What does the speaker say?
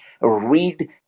read